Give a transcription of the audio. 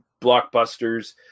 blockbusters